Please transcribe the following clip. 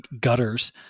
gutters